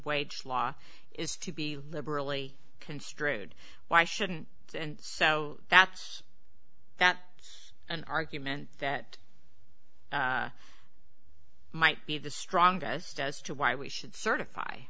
wage law is to be liberally construed why shouldn't it and so that's that it's an argument that might be the strongest as to why we should certify